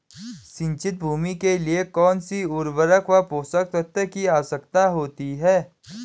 सिंचित भूमि के लिए कौन सी उर्वरक व पोषक तत्वों की आवश्यकता होती है?